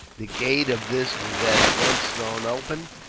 the gate of this was at once thrown open,